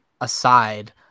aside